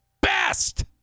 best